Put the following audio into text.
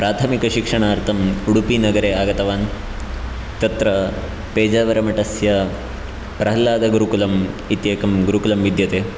प्राथमिकशिक्षणार्थम् उडुपिनगरे आगतवान् तत्र पेजावरमठस्य प्रह्लादगुरुकुलम् इत्येकं गुरुकुलं विद्यते